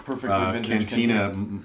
Cantina